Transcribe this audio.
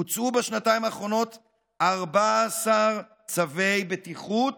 הוצאו בשנתיים האחרונות 14 צווי בטיחות